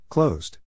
Closed